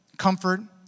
comfort